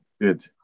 Good